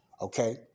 Okay